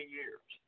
years